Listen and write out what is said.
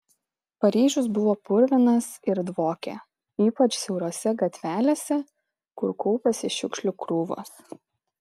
paryžius buvo purvinas ir dvokė ypač siaurose gatvelėse kur kaupėsi šiukšlių krūvos